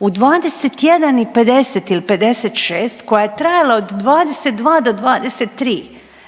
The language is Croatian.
u 21 i 50 ili 56 koja je trajala od 22 do 23